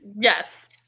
Yes